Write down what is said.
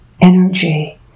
energy